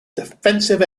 defensive